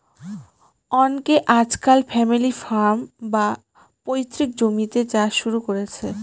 অনকে আজকাল family farm, বা পৈতৃক জমিতে চাষ শুরু করেছে